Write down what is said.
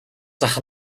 зах